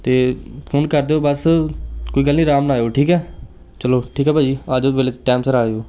ਅਤੇ ਫੋਨ ਕਰ ਦਿਓ ਬਸ ਕੋਈ ਗੱਲ ਨਹੀਂ ਅਰਾਮ ਨਾਲ ਆਇਓ ਠੀਕ ਹੈ ਚਲੋ ਠੀਕ ਹੈ ਭਾਅ ਜੀ ਆ ਜੋ ਵੇਲੇ ਟੈਮ ਸਿਰ ਆ ਜਿਓ